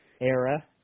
era